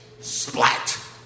splat